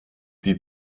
die